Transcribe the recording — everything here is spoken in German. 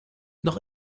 noch